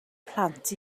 plant